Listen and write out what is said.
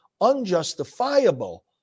unjustifiable